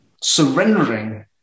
surrendering